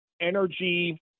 energy